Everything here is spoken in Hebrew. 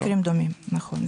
במקרים דומים, נכון.